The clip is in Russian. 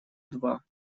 два